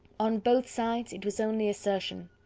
on both sides it was only assertion.